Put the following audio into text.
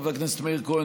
חבר הכנסת מאיר כהן,